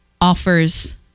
offers